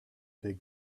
big